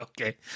Okay